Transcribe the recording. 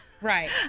Right